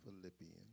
Philippians